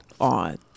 on